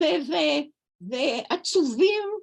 ועצובים.